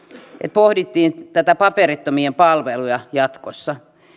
pohdittiin näitä paperittomien palveluja jatkossa